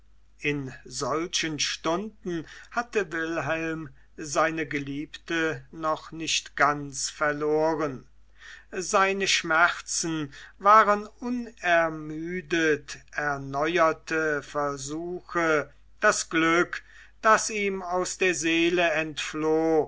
in solchen stunden hatte wilhelm seine geliebte noch nicht ganz verloren seine schmerzen waren unermüdet erneuerte versuche das glück das ihm aus der seele entfloh